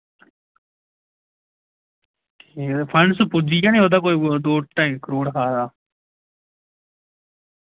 ठीक ऐ फंड्स पुज्जी जा नि उदा कोई दो ढाई करोड़ हा आ दा